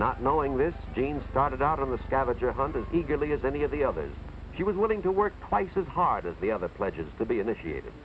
not knowing this james started out on the scavenger hunt as eagerly as any of the others he was willing to work twice as hard as the other pledges the be initiated